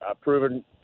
proven